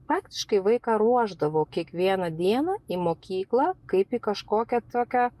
praktiškai vaiką ruošdavau kiekvieną dieną į mokyklą kaip į kažkokią tokią